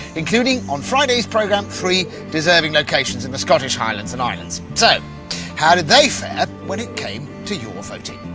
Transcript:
including on friday's program three deserving locations in the scottish highlands highlands and islands. so how did they fare when it came to your voting?